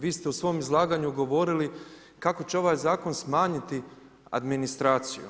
Vi ste u svom izlaganju govorili, kako će ovaj zakon smanjiti administraciju,